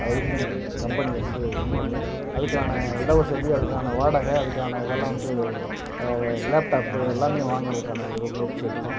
ID கம்பெனியை வந்து இது பண்ணி அதுக்கான இடம் வசதி அதுக்கான வாடகை அதுக்கான இதெல்லாம் வந்து லேப்டாப்பு எல்லாம் வாங்கிறதுக்கான ஒரு முயற்சி எடுத்தோம்